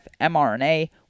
mRNA